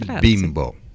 Bimbo